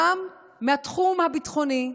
גם מהתחום הביטחוני,